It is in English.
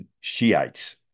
Shiites